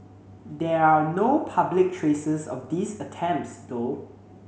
there are no public traces of these attempts though